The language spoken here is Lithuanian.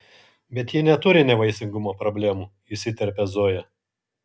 bet ji neturi nevaisingumo problemų įsiterpia zoja